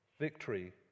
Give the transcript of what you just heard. Victory